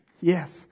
Yes